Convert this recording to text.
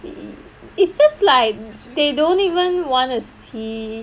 it it's just like they don't even wanna see